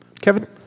Kevin